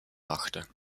machte